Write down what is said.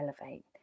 Elevate